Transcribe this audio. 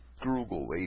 Google